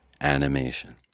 animation